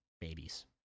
babies